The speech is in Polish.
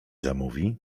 zamówi